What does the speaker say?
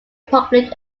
republic